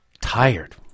tired